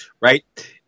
Right